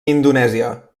indonèsia